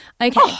Okay